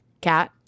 cat